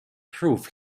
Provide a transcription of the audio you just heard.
prove